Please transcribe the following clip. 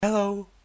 hello